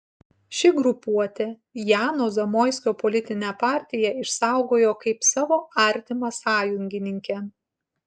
ši grupuotė jano zamoiskio politinę partiją išsaugojo kaip savo artimą sąjungininkę